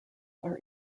are